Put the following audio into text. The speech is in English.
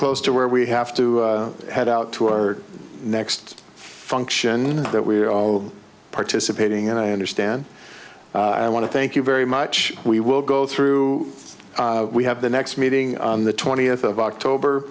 close to where we have to head out to our next function that we're all participating and i understand and i want to thank you very much we will go through we have the next meeting on the twentieth of october